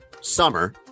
summer